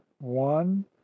one